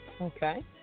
Okay